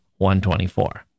124